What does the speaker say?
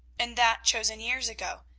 and that chosen years ago.